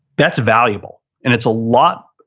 that's valuable and it's a lot,